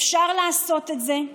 אפשר לעשות את זה.